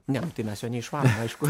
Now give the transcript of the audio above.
ne nu tai mes jo neišvarom aišku